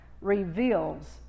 reveals